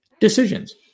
decisions